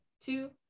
two